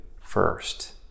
first